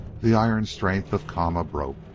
the iron strength of kama broke.